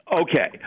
Okay